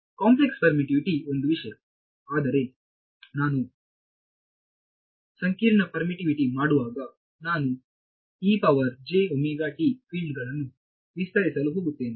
complex permittivity ಒಂದು ವಿಷಯ ಆದರೆ ನಾನು ಕಾಂಪ್ಲೆಕ್ಸ್ ಪರ್ಮಿಟಿವಿಟಿ ಮಾಡುವಾಗ ನಾನು ಫೀಲ್ಡ್ ಗಳನ್ನು ವಿಸ್ತರಿಸಲು ಹೋಗುತ್ತಿದ್ದೇನೆ